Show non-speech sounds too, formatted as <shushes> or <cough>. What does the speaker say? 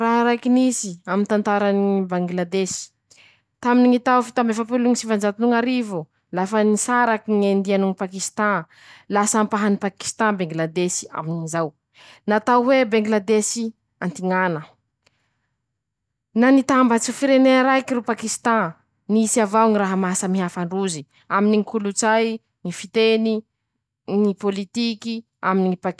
Aminy ñy tantarany ñy Bangiladesy: <shushes> Taminy ñy tao fito amby efapolo sivanjato no ñ'arivo, lafa nisaraky ñy Endia noho ñy Pakisitan, lasa ampahany Pakisitan Bengiladesy, amin'izao, natao hoe bengiladesy antiñana, na nitambatsy firenea raiky ro Pakisitan, nisy avao ñy raha maha samihafa androzy, aminy ñy kolotsay, ñy fiteny, ñy pôlitiky aminy gny.